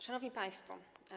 Szanowni Państwo!